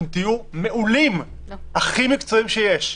אתם תהיו מעולים, הכי מקצועיים שיש.